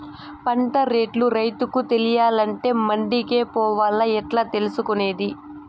పంట రేట్లు రైతుకు తెలియాలంటే మండి కే పోవాలా? ఎట్లా తెలుసుకొనేది?